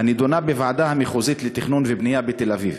נדונה בוועדה המחוזית לתכנון ובנייה בתל-אביב.